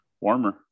Warmer